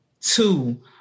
two